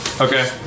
Okay